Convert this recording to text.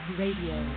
radio